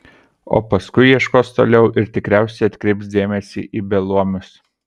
o paskui ieškos toliau ir tikriausiai atkreips dėmesį į beluomius